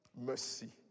Mercy